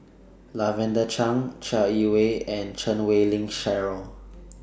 Lavender Chang Chai Yee Wei and Chan Wei Ling Cheryl